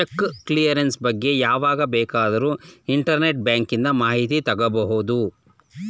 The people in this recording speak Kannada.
ಚೆಕ್ ಕ್ಲಿಯರೆನ್ಸ್ ಬಗ್ಗೆ ಯಾವಾಗ ಬೇಕಾದರೂ ಇಂಟರ್ನೆಟ್ ಬ್ಯಾಂಕಿಂದ ಮಾಹಿತಿ ತಗೋಬಹುದು